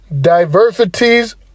diversities